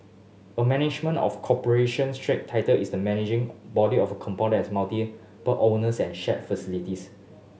a management of corporation strata title is the managing body of a compound has multiple but owners and shared facilities